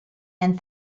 and